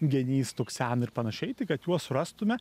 genys stuksena ir panašiai tai kad juos surastume